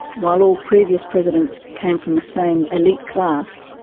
while all previous presidents came from the same elite class,